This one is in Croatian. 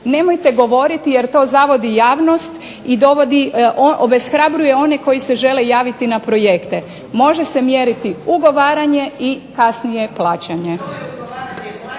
Nemojte govoriti jer to zavodi javnost, i dovodi obeshrabruje one koji se žele javiti na projekte, može se mjeriti ugovaranje kasnije plaćanje.